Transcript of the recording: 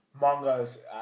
Manga's